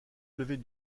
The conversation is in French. lever